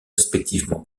respectivement